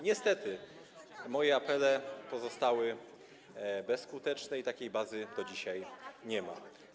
Niestety moje apele pozostały bezskuteczne i takiej bazy do dzisiaj nie ma.